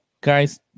guys